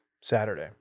Saturday